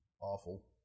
awful